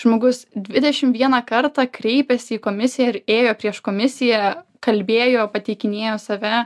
žmogus dvidešimt vieną kartą kreipėsi į komisiją ir ėjo prieš komisiją kalbėjo pateikinėjo save